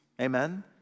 Amen